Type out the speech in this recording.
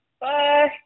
Bye